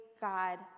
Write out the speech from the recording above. God